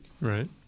Right